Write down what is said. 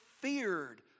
feared